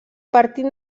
partit